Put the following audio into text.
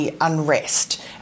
unrest